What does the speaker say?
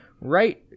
right